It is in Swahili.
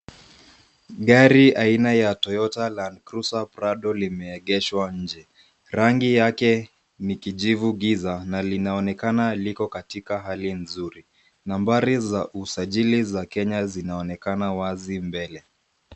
Gari aina ya Toyota Landcruiser Prado limeegeshwa nje. Rangi yake ni kijivu giza na linaonekana liko katika hali nzuri. Nambari za usajili za Kenya zinaonekana wazi mbele.